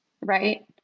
right